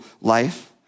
life